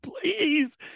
please